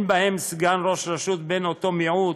ואין בהם סגן ראש רשות בן אותו מיעוט,